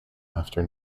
after